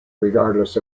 regardless